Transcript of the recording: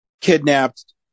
kidnapped